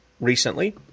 recently